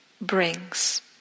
brings